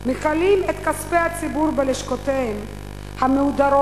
מכלים את כספי הציבור בלשכותיהם המהודרות,